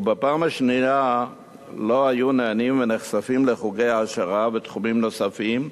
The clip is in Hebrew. ובפעם השנייה לא היו נהנים ונחשפים לחוגי העשרה ותחומים נוספים,